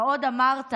אתה עוד אמרת: